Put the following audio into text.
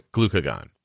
Glucagon